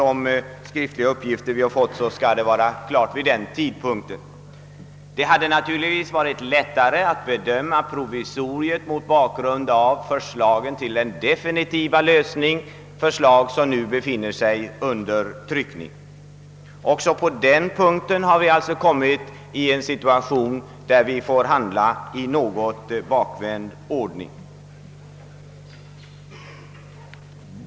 Det hade naturligtvis varit lättare att bedöma provisoriet mot bakgrunden av förslaget till en definitiv lösning, ett förslag som nu befinner sig under tryckning. Också på denna punkt har vi råkat i en situation där vi måste handla i något bakvänd ordning.